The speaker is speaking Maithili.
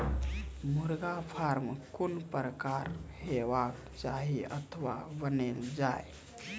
मुर्गा फार्म कून प्रकारक हेवाक चाही अथवा बनेल जाये?